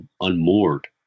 unmoored